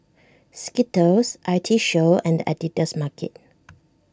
Skittles I T Show and the Editor's Market